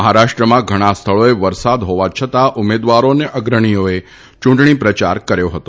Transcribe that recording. મહારાષ્ટ્રમાં ઘણાં સ્થળોએ વરસાદ હોવા છતાં ઉમેદવારો તથા અગ્રણીઓએ યૂંટણી પ્રચાર કર્યો હતો